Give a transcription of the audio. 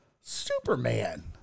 superman